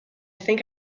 think